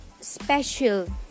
special